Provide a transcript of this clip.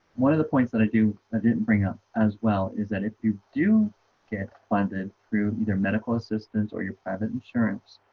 one of the points that i do i didn't bring up as well is that if you do planted through either medical assistance or your private insurance?